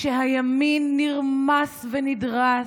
כשהימין נרמס ונדרס,